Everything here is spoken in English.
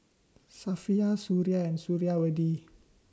Safiya Suria and Suriawati